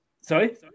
Sorry